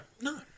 No